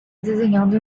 desenhando